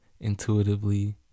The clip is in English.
intuitively